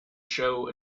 show